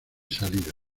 salida